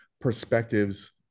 perspectives